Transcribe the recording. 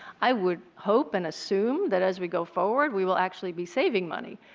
i would hope and assume that as we go forward we will actually be saving money.